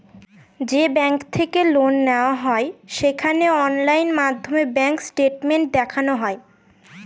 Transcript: যে ব্যাঙ্ক থেকে লোন নেওয়া হয় সেখানে অনলাইন মাধ্যমে ব্যাঙ্ক স্টেটমেন্ট দেখানো হয়